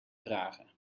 vragen